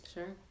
Sure